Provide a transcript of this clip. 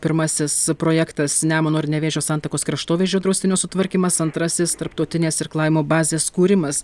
pirmasis projektas nemuno ir nevėžio santakos kraštovaizdžio draustinio sutvarkymas antrasis tarptautinės irklavimo bazės kūrimas